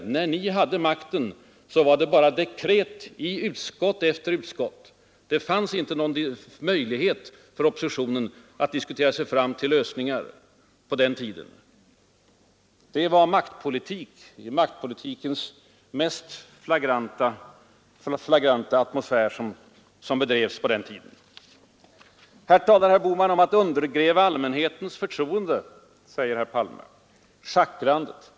När ni hade makten var det bara fråga om dekret i utskott efter utskott. Det fanns på den tiden ingen möjlighet för oppositionen att diskutera sig fram till lösningar. Det var maktpolitik i maktpolitikens mest flagranta atmosfär som bedrevs på den tiden. Herr Bohman talar om att ”undergräva allmänhetens förtroende”. Han talar om ”schackrande”, säger Palme.